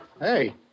Hey